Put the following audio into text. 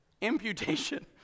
imputation